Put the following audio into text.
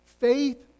faith